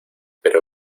pero